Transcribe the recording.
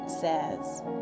says